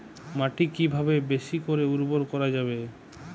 মাটি কিভাবে বেশী করে উর্বর করা যাবে?